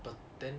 about ten